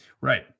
right